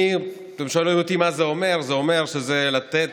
אני, אתם שואלים אותי מה זה אומר, זה אומר שזה לתת